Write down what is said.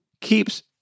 keeps